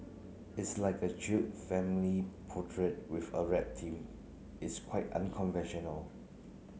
it's like a chill family portrait with a rap theme it's quite unconventional